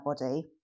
body